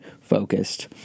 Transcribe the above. focused